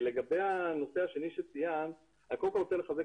לגבי הנושא השני שציינת אני קודם כול רוצה לציין